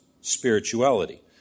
spirituality